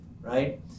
Right